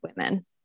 women